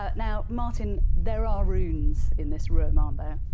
ah now martin, there are runes in this room aren't there?